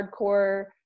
hardcore